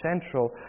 central